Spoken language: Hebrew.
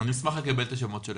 --- אני אשמח לקבל את השמות שלהם.